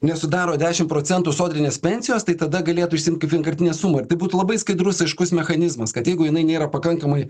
nesudaro dešim procentų sodrinės pensijos tai tada galėtų išsiimt kaip vienkartinę sumą ir tai būtų labai skaidrus aiškus mechanizmas kad jeigu jinai nėra pakankamai